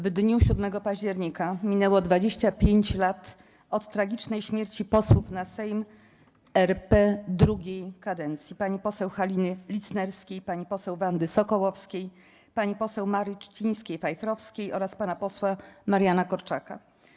W dniu 7 października minęło 25 lat od tragicznej śmierci posłów na Sejm RP II kadencji: pani poseł Haliny Licnerskiej, pani poseł Wandy Sokołowskiej, pani poseł Marii Trzcińskiej-Fajfrowskiej oraz pana posła Mariana Korczaka.